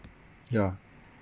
ya